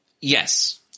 Yes